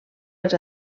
els